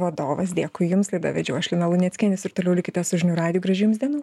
vadovas dėkui jums laidą vedžiau aš lina luneckienė jūs ir toliau likite su žinių radiju gražių jums dienų